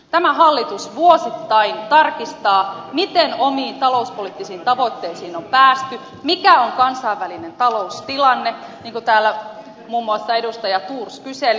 tämä hallitus vuosittain tarkistaa miten omiin talouspoliittisiin tavoitteisiin on päästy mikä on kansainvälinen taloustilanne niin kuin täällä muun muassa edustaja thors kyseli